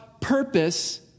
purpose